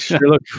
Look